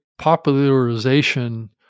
popularization